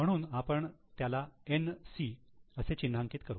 म्हणून आपण त्याला 'NC' असे चिन्हांकित करू